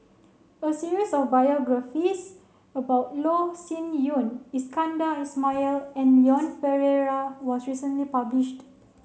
a series of biographies about Loh Sin Yun Iskandar Ismail and Leon Perera was recently published